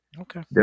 okay